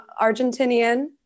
Argentinian